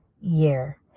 year